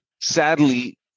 Sadly